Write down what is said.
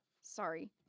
Sorry